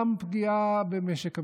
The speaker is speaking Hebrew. גם פגיעה במשק המדינה,